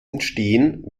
entstehen